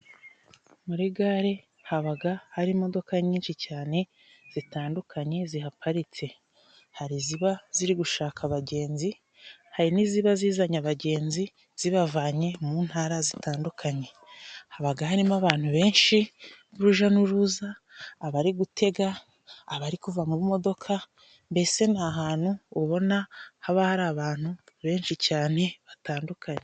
Muri gare habaga hari imodoka nyinshi cyane zitandukanye zihaparitse hariziba ziri gushaka abagenzi hari n'iziba zizanye abagenzi zibavanye mu ntara zitandukanye habaga harimo abantu benshi buruja n'uruza abari gutega abari kuva mu modoka mbese n'ahantu ubona haba hari abantu benshi cyane batandukanye.